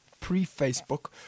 pre-Facebook